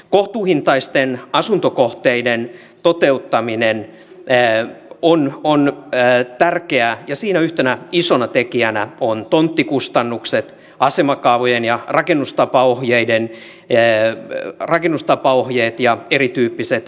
kohtuuhintaisten asuntokohteiden toteuttaminen on tärkeää ja siinä isona tekijänä ovat tonttikustannukset asemakaavat ja rakennustapaohjeet ja erityyppiset viranomaismääräykset